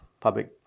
public